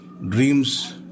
dreams